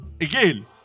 again